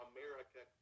America